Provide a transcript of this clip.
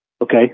Okay